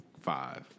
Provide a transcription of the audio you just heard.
five